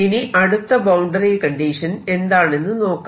ഇനി അടുത്ത boundary condition എന്താണെന്ന് നോക്കാം